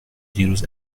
دیروز